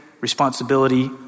responsibility